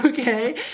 okay